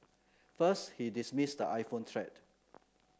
first he dismissed the iPhone threat